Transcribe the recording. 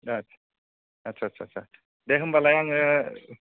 आदसा आदसा आदसा दे होमबालाय आङो